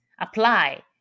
apply